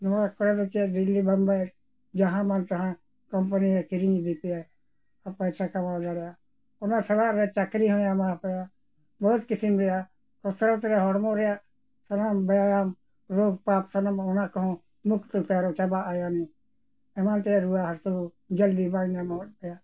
ᱱᱚᱣᱟ ᱠᱚᱨᱮ ᱫᱚ ᱪᱮᱫ ᱫᱤᱞᱞᱤ ᱵᱳᱢᱵᱟᱭ ᱡᱟᱦᱟᱸ ᱢᱟᱱ ᱛᱮᱦᱚᱸ ᱠᱳᱢᱯᱟᱱᱤ ᱠᱤᱨᱤᱧ ᱤᱫᱤ ᱯᱮᱭᱟᱭ ᱫᱟᱲᱮᱭᱟᱜᱼᱟ ᱚᱱᱟ ᱪᱷᱟᱲᱟ ᱨᱮ ᱪᱟᱠᱨᱤ ᱦᱚᱸᱭ ᱮᱢᱟ ᱯᱮᱭᱟ ᱵᱚᱦᱩᱛ ᱠᱤᱥᱤᱢ ᱨᱮᱭᱟᱜ ᱩᱥᱟᱹᱨᱟ ᱩᱥᱟᱹᱨᱟ ᱦᱚᱲᱢᱚ ᱨᱮᱭᱟᱜ ᱥᱟᱱᱟᱢ ᱵᱮᱭᱟᱢ ᱨᱳᱜᱽ ᱯᱟᱯ ᱥᱟᱱᱟᱢ ᱚᱱᱟ ᱠᱚᱦᱚᱸ ᱢᱩᱠᱛᱚ ᱪᱟᱵᱟᱜ ᱟᱭᱮᱢ ᱮᱢᱟᱱ ᱛᱮᱭᱟᱜ ᱨᱩᱣᱟᱹ ᱦᱟᱹᱥᱩ ᱡᱚᱞᱫᱤ ᱵᱟᱝ ᱧᱟᱢᱚᱜ ᱛᱟᱭᱟ